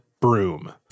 broom